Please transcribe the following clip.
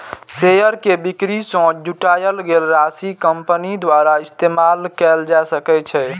share के बिक्री सं जुटायल गेल राशि कंपनी द्वारा इस्तेमाल कैल जा सकै छै